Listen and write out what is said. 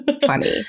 funny